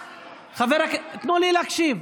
תנו לי להקשיב.